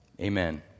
Amen